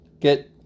get